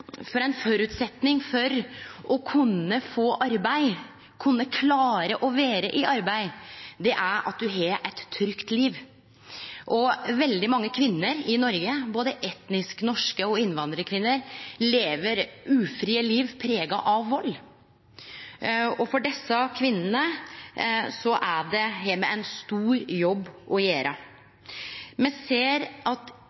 Ein føresetnad for å kunne få arbeid og kunne klare å vere i arbeid er at ein har eit trygt liv. Veldig mange kvinner i Noreg, både etnisk norske og innvandrarkvinner, lever ufrie liv prega av vald. Når det gjeld desse kvinnene, har me ein stor jobb å gjere. Me ser at